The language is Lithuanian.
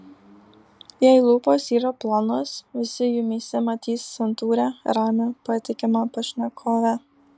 jei lūpos yra plonos visi jumyse matys santūrią ramią patikimą pašnekovę